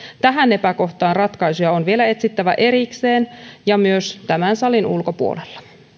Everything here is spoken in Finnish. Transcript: tähän epäkohtaan ratkaisuja on vielä etsittävä erikseen ja myös tämän salin ulkopuolella